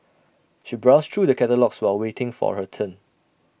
she browsed through the catalogues while waiting for her turn